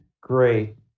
Great